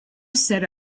set